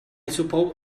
suppose